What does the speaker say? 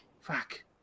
Fuck